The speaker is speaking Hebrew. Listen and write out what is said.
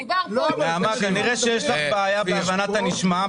כנראה שיש לך בעיה בהבנת הנשמע,